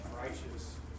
righteous